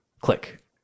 Click